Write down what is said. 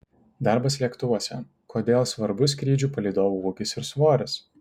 darbas lėktuvuose kodėl svarbus skrydžių palydovų ūgis ir svoris